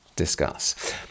Discuss